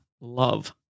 love